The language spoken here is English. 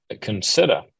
consider